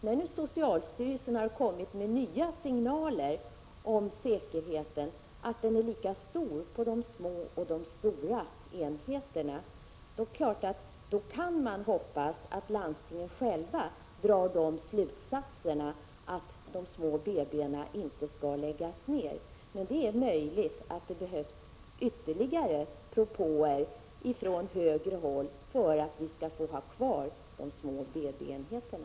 När socialstyrelsen nu kommit med nya signaler om säkerheten — den är lika stor på de små och de stora enheterna — är det klart att man kan hoppas att landstingen själva drar slutsatsen att de små BB-enheterna inte skall läggas ned, men det är möjligt att det behövs ytterligare propåer från högre ort för att vi skall få ha kvar de små BB-enheterna.